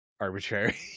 arbitrary